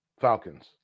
Falcons